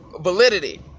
validity